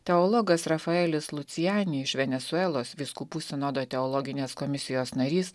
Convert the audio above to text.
teologas rafaelis luciani iš venesuelos vyskupų sinodo teologinės komisijos narys